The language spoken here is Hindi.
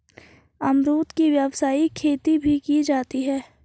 अमरुद की व्यावसायिक खेती भी की जाती है